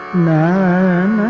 man